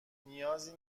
نیازی